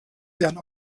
werden